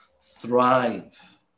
thrive